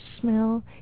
smell